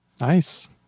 nice